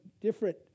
different